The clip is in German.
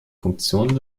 funktion